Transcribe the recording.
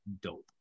dope